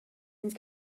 and